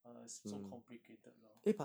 !hais! it's so complicated now